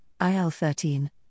IL-13